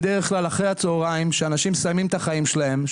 בדרך כלל אחרי הצוהריים כשאנשים מסיימים את החיים שלהם,